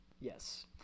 Yes